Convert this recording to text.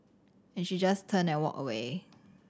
and she just turned and walked away